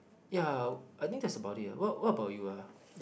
ya I think that's about it ah what what about you ah